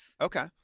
Okay